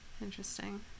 Interesting